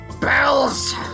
BELLS